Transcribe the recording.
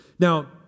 Now